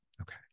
Okay